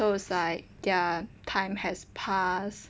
so it's like their time has passed